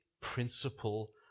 principle